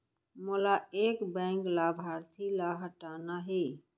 मोला एक बैंक लाभार्थी ल हटाना हे?